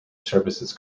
services